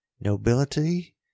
Nobility